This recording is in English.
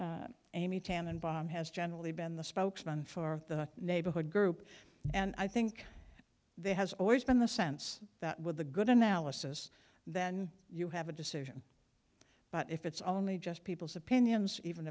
always amy tan and bomb has generally been the spokesman for the neighborhood group and i think there has always been the sense that with a good analysis then you have a decision but if it's only just people's opinions even